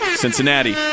Cincinnati